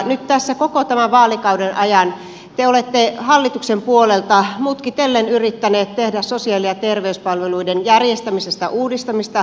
nyt tässä koko tämän vaalikauden ajan te olette hallituksen puolelta mutkitellen yrittäneet tehdä sosiaali ja terveyspalveluiden järjestämisestä uudistamista